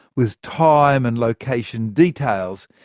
with time and location details,